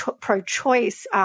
pro-choice